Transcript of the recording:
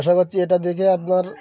আশা করছি এটা দেখে আপনার